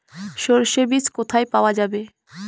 সর্ষে বিজ কোথায় পাওয়া যাবে?